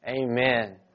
amen